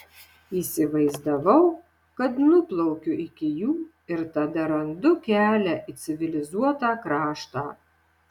įsivaizdavau kad nuplaukiu iki jų ir tada randu kelią į civilizuotą kraštą